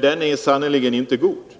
Den är sannerligen inte god.